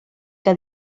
que